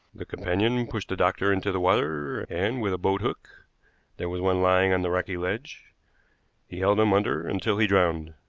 the companion pushed the doctor into the water, and with a boathook there was one lying on the rocky ledge he held him under until he drowned.